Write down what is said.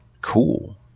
cool